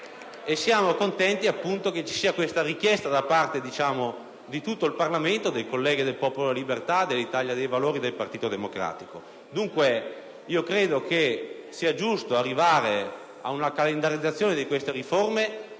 Siamo contenti che ci sia questa richiesta da parte di tutto il Parlamento, dai colleghi del Popolo della Libertà, dell'Italia dei Valori e del Partito Democratico. Dunque, ritengo sia giusto arrivare ad una calendarizzazione di queste riforme